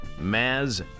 Maz